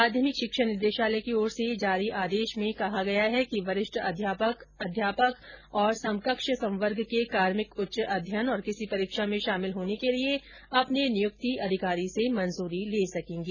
माध्यमिक शिक्षा निदेशालय की ओर से जारी आदेश में कहा गया है कि वरिष्ठ अध्यापक अध्यापक और समकक्ष संवर्ग के कार्मिक उच्च अध्ययन और किसी परीक्षा में शामिल होने के लिए अपने नियुक्त अधिकारी से मंजूरी ले सकेंगे